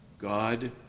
God